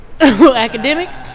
Academics